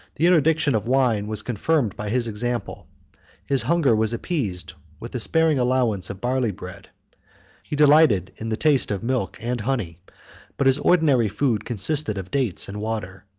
the interdiction of wine was confirmed by his example his hunger was appeased with a sparing allowance of barley-bread he delighted in the taste of milk and honey but his ordinary food consisted of dates and water.